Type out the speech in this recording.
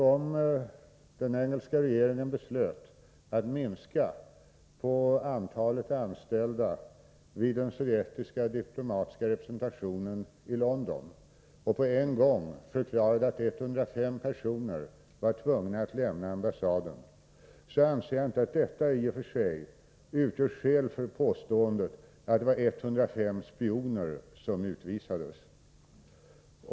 Om den engelska regeringen beslöt minska antalet anställda vid den sovjetiska diplomatiska representationen i London och på en gång förklarade att 105 personer var tvungna att lämna ambassaden utgör detta, enligt min åsikt, i och för sig inte skäl för påståendet att det rörde sig om 105 spioner som utvisades.